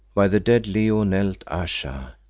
by the dead leo knelt ayesha,